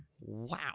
Wow